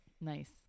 nice